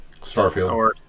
Starfield